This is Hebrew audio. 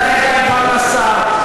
לתת להם פרנסה,